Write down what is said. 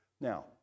Now